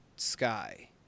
Sky